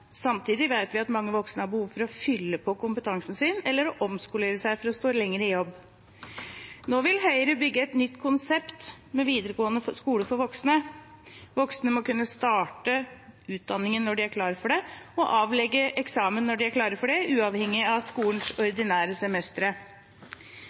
Samtidig vet vi at mange voksne har behov for å fylle på kompetansen sin eller å omskolere seg for å stå lenger i jobb. Nå vil Høyre bygge et nytt konsept med videregående skole for voksne. Voksne må kunne starte utdanningen når de er klar for det, og avlegge eksamen når de er klar for det, uavhengig av skolens